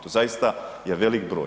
To zaista je velik broj.